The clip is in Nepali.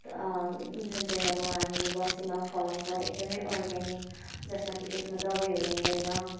जुन चाहिँ अब हामीले बस्तीमा फलाउँछौँ एकदमै अर्ग्यानिक जसमा कि त्यसमा दबाईहरू हुँदैन